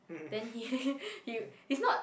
then he he he's not